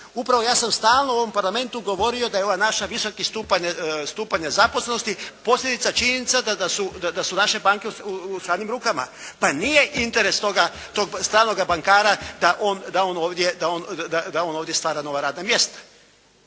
Upravo, ja sam stalno u ovom Parlamentu govorio da je ova naša, visoki stupanj nezaposlenosti posljedica, činjenica da su naše banke u stranim rukama. Pa nije interes tog stalnoga bankara da on ovdje stvara nova radna mjesta.